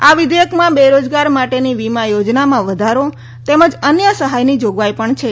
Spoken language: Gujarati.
આ વિધેયકમાં બેરોજગાર માટેની વીમા યોજનામાં વધારો તેમજ અન્ય સહાયની જોગવાઈ પણ છે